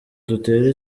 dutere